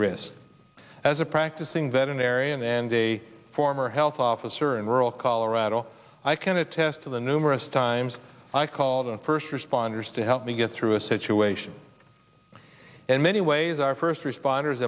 risk as a practicing veterinarian and a former health officer and rural colorado i can attest to the numerous times i call the first responders to help me get through a situation in many ways our first responders